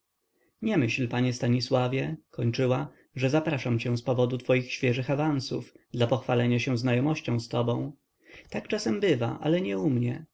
nie myśl panie stanisławie kończyła że zapraszam cię z powodu twoich świeżych awansów dla pochwalenia się znajomością z tobą tak czasem bywa ale nie u